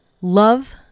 Love